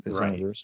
right